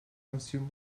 consume